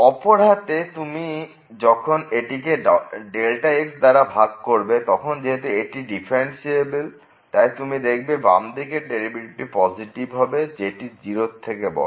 অপর হাতে তুমি যখন এটিকে Δx দাঁড়া ভাগ করবে তখন যেহেতু এটি ডিফারেনশিয়াল তাই তুমি দেখবে যে বামদিকের ডেরিভেটিভটি পজিটিভ হবে যেটি 0 র থেকে বড়